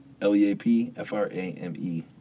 L-E-A-P-F-R-A-M-E